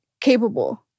capable